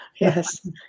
yes